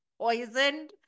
poisoned